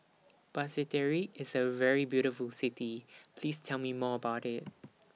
Basseterre IS A very beautiful City Please Tell Me More about IT